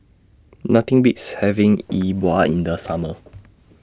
Nothing Beats having E Bua in The Summer